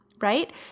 right